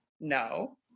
No